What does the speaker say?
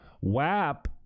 WAP